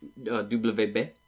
WB